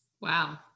Wow